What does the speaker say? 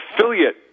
affiliate